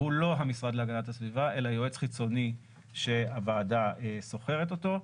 הוא לא המשרד להגנת הסביבה אלא יועץ חיצוני שהוועדה שוכרת אותו,